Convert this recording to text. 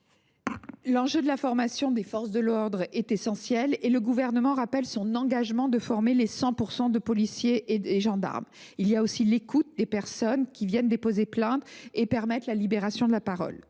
L’enjeu de la formation des forces de l’ordre est majeur, et le Gouvernement rappelle son engagement de former 100 % de policiers et de gendarmes. L’écoute des personnes qui viennent déposer plainte et la libération de leur parole